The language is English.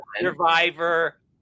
Survivor